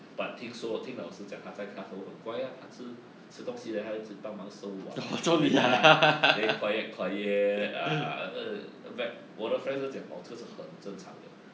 but 听说我听老师讲她在 class 都很乖啊她吃吃东西 then 她一直帮忙收碗 ni~ ah then quiet quiet ah ah ah uh vet~ 我的 friend 都讲 oh 这个是很正常的